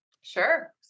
sure